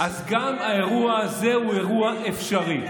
אז גם האירוע הזה הוא אירוע אפשרי.